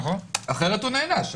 אחרת הוא נענש.